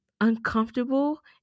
uncomfortable